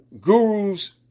gurus